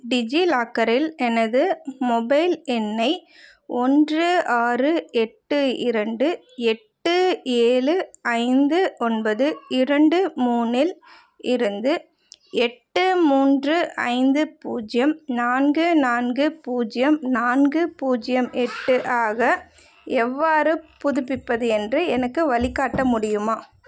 டிஜிலாக்கரில் எனது மொபைல் எண்ணை ஒன்று ஆறு எட்டு இரண்டு எட்டு ஏழு ஐந்து ஒன்பது இரண்டு மூணில் இருந்து எட்டு மூன்று ஐந்து பூஜ்ஜியம் நான்கு நான்கு பூஜ்ஜியம் நான்கு பூஜ்ஜியம் எட்டு ஆக எவ்வாறு புதுப்பிப்பது என்று எனக்கு வழி காட்ட முடியுமா